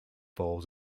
falls